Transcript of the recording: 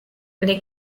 les